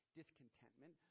discontentment